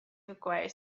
acquire